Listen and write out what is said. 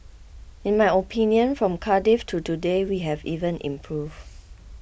in my opinion from Cardiff to today we have even improved